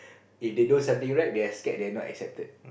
if they do something right they're scared that they're not accepted